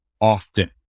often